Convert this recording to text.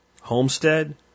Homestead